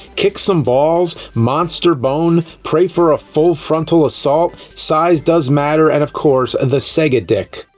kick some balls, monster bone, pray for a full frontal assault, size does matter, and of course, and the sega dick.